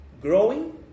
growing